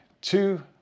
two